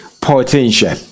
potential